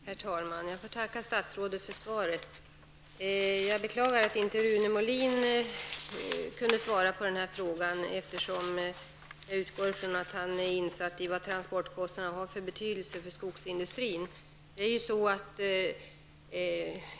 Herr talman! Jag tackar statsrådet för svaret. Jag beklagar att inte Rune Molin kunde svara på min fråga, eftersom jag utgår ifrån att han är insatt i vad transportkostnaderna har för betydelse för skogsindustrin.